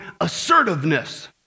assertiveness